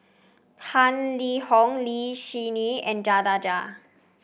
Tang Liang Hong Lee Yi Shyan and